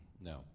no